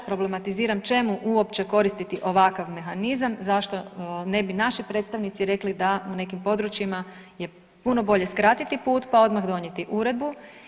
Problematiziram čemu uopće koristiti ovakav mehanizam zašto ne bi naši predstavnici rekli da u našim područjima je puno bolje skratiti put pa odmah donijeti uredbu.